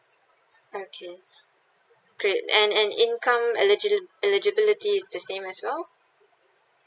okay great and and income eligili~ eligibility is the same as well